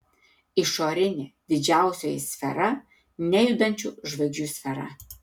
išorinė didžiausioji sfera nejudančių žvaigždžių sfera